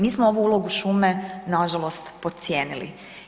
Mi smo ovu ulogu šume na žalost podcijenili.